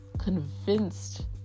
convinced